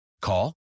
Call